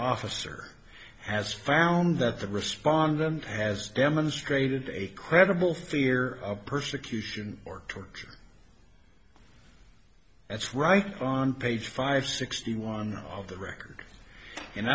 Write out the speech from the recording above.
officer has found that the respondent has demonstrated a credible fear of persecution or torture that's right on page five sixty one of the record in